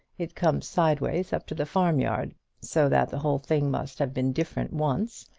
it comes sideways up to the farm-yard so that the whole thing must have been different once,